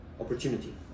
opportunity